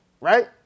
right